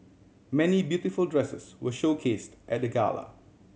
many beautiful dresses were showcased at the gala